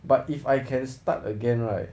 but if I can start again right